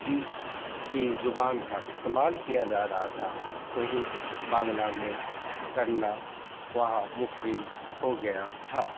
دی کی زبان کا استعمال کیا جا رہا تھا وہیں بانگلہ میں کرنا وہاں منفرد ہو گیا تھا